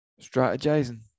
strategizing